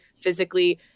physically